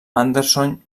anderson